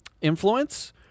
influence